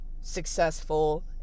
successful